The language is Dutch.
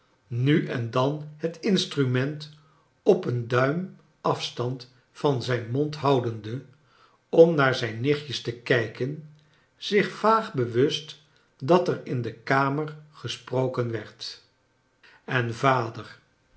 nu en dan het instrument op een duim afstand van zijn mond houdende om naar zijn nichtjes te kijken zich vaag bewust dat er in de kamer gesproken werd en vader